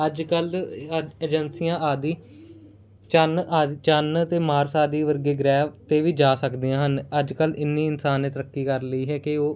ਅੱਜ ਕੱਲ੍ਹ ਏਜੰਸੀਆਂ ਆਦਿ ਚੰਨ ਆਦਿ ਚੰਨ ਅਤੇ ਮਾਰਸ ਆਦਿ ਵਰਗੇ ਗ੍ਰਹਿ ਉੱਤੇ ਵੀ ਜਾ ਸਕਦੇ ਹਨ ਅੱਜ ਕੱਲ੍ਹ ਇੰਨੀ ਇਨਸਾਨ ਨੇ ਤਰੱਕੀ ਕਰ ਲਈ ਹੈ ਕਿ ਉਹ